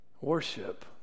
worship